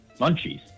Munchies